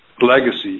legacy